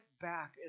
back